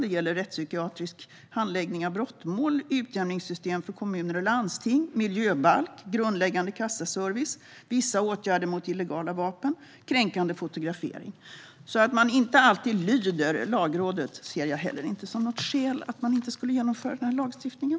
Det gäller exempelvis handläggning av brottmål efter rättspsykiatrisk undersökning, utjämningssystem för kommuner och landsting, en miljöbalk, grundläggande kassaservice, vissa åtgärder mot illegala vapen samt kränkande fotografering. Att man inte alltid lyder Lagrådet ser jag inte som något skäl till att vi inte skulle genomföra den här lagstiftningen.